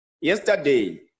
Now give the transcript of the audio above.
Yesterday